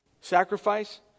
sacrifice